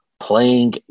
playing